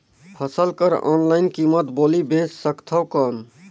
फसल कर ऑनलाइन कीमत बोली बेच सकथव कौन?